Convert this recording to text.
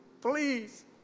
Please